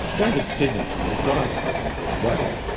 david stephenson has got other problems as well.